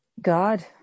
God